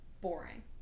boring